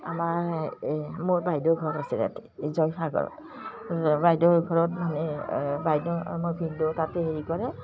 আমাৰ মোৰ বাইদেউ ঘৰত আছিলে এই জয়সাগৰত বাইদেউ ঘৰত মানে বাইদেউ মোৰ ভিনদেউৰ তাতে হেৰি কৰে